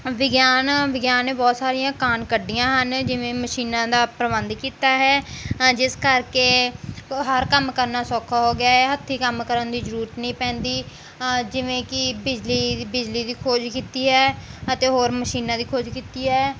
ਵਿਗਿਆਨ ਵਿਗਿਆਨ ਨੇ ਬਹੁਤ ਸਾਰੀਆਂ ਕਾਢ ਕੱਢੀਆਂ ਹਨ ਜਿਵੇਂ ਮਸ਼ੀਨਾਂ ਦਾ ਪ੍ਰਬੰਧ ਕੀਤਾ ਹੈ ਹਾਂ ਜਿਸ ਕਰਕੇ ਹਰ ਕੰਮ ਕਰਨਾ ਸੌਖਾ ਹੋ ਗਿਆ ਹੈ ਹੱਥੀਂ ਕੰਮ ਕਰਨ ਦੀ ਜ਼ਰੂਰਤ ਨਹੀਂ ਪੈਂਦੀ ਜਿਵੇਂ ਕਿ ਬਿਜਲੀ ਬਿਜਲੀ ਦੀ ਖੋਜ ਕੀਤੀ ਹੈ ਅਤੇ ਹੋਰ ਮਸ਼ੀਨਾਂ ਦੀ ਖੋਜ ਕੀਤੀ ਹੈ